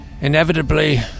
inevitably